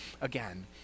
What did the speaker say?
again